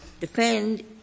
defend